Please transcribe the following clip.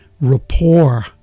rapport